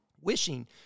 wishing